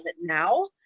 now